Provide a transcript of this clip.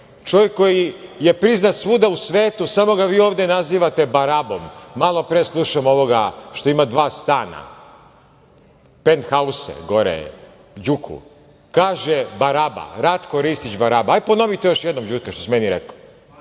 čovek koji je priznat svuda u svetu, samo ga vi ovde nazivate barabom. Malo pre slušam ovoga što ima dva stana, penthause, Đuku. Kaže - baraba. Ratko Ristić baraba. Aj, ponovi još jednom, Đuka, što si meni rekao.